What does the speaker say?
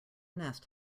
nest